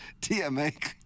TMA